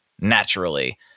naturally